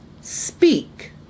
speak